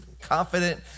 confident